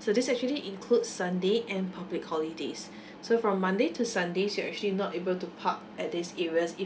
so this actually includes sunday and public holidays so from monday to sundays you actually not able to park at these areas if